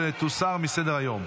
ותוסר מסדר-היום.